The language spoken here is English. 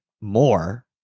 more